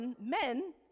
men